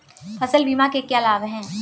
फसल बीमा के क्या लाभ हैं?